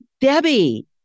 Debbie